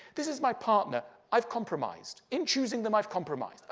this is my partner. i've compromised. in choosing them, i've compromised.